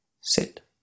sit